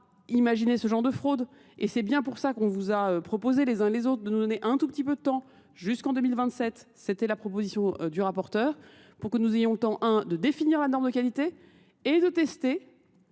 imaginer ce genre de fraude et c'est bien pour ça qu'on vous a proposé les uns et les autres de nous donner un tout petit peu de temps jusqu'en 2027 c'était la proposition du rapporteur pour que nous ayons le temps 1 de définir la norme de qualité et de tester